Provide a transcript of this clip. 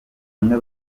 umwe